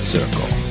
Circle